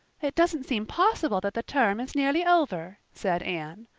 it doesn't seem possible that the term is nearly over, said anne.